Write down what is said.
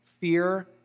fear